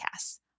Podcasts